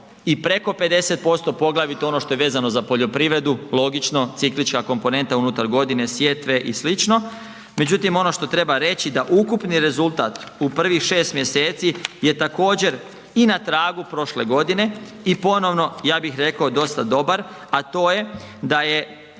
i preko 50%, poglavito on što je vezano za poljoprivredu, logično, ciklička komponenta unutar godine, sjetve i slično. Međutim, ono što treba reći da ukupni rezultat u prvih 6 mjeseci je također i na tragu prošle godine i ponovno ja bih rekao dosta dobar a to je da je